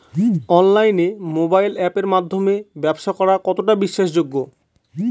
অনলাইনে মোবাইল আপের মাধ্যমে ব্যাবসা করা কতটা বিশ্বাসযোগ্য?